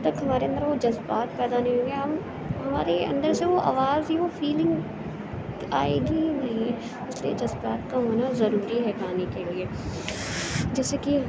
جب تک ہمارے اندر وہ جذبات پیدا نہیں ہوں گے ہم ہمارے اندر سے آواز ہی وہ فیلنگ آئے گی ہی نہیں اِس لیے جذبات كا ہونا ضروری ہے گانے کے لیے جیسے کہ